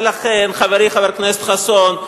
ולכן, חברי חבר הכנסת חסון,